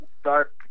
start